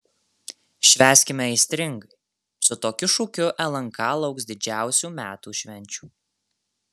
švęskime aistringai su tokiu šūkiu lnk lauks didžiausių metų švenčių